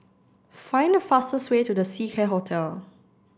find the fastest way to The Seacare Hotel